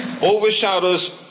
overshadows